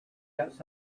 got